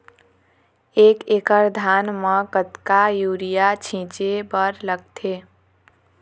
एक एकड़ धान म कतका यूरिया छींचे बर लगथे?